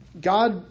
God